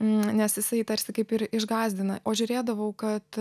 nes jisai tarsi kaip ir išgąsdina o žiūrėdavau kad